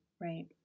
Right